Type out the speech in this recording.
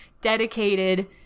dedicated